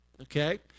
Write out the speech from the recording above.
okay